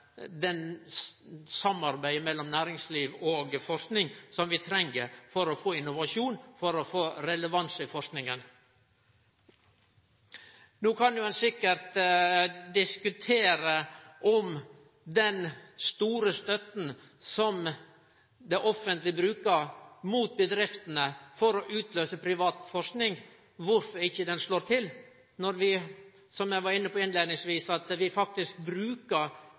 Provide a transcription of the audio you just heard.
samarbeidet mellom næringsliv og forsking som vi treng for å få innovasjon og relevans i forskinga. No kan ein sikkert diskutere kvifor den store støtta, som det offentlege gir bedriftene for å utløyse privat forsking, ikkje slår til når vi, som eg var inne på innleiingsvis, faktisk bruker